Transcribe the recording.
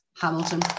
Hamilton